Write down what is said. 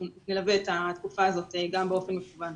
אנחנו נלווה את התקופה הזאת גם באופן מקוון.